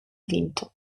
vinto